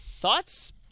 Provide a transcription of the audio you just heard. Thoughts